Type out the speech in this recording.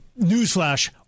newsflash